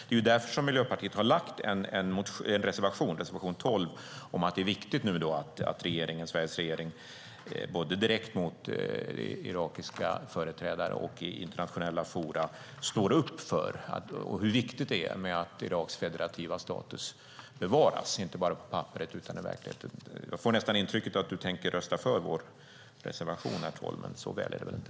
Det är därför som Miljöpartiet har lämnat en reservation, nr 12, om att det nu är viktigt att Sveriges regering både direkt mot irakiska företrädare och i internationella forum står upp för detta. Det är viktigt att Iraks federativa status bevaras inte bara på papperet utan i verkligheten. Jag får nästan intrycket att du tänker rösta för vår reservation 12, men så väl är det väl inte.